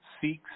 seeks